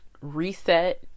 reset